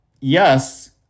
yes